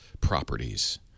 properties